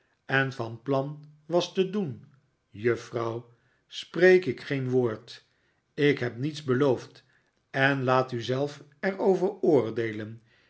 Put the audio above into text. en van plan was te doen juffrouw spreek ik geen woord ik heb niets beloofd en laat u zelf er over oordeelen